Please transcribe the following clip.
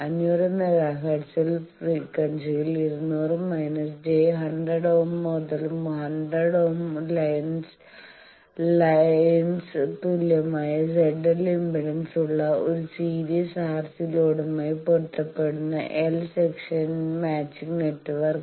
500 mega ഹെർട്സിന്റെ ഫ്രീക്വൻസിയിൽ 200 minus j 100 ohm മുതൽ 100 ഓം ലൈൻന് തുല്യമായ ZL ഇംപെഡൻസ് ഉള്ള ഒരു സീരീസ് RC ലോഡുമായി പൊരുത്തപ്പെടുന്നഎൽ സെക്ഷൻ മാച്ചിംഗ് നെറ്റ്വർക്ക്